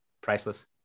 priceless